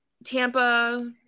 Tampa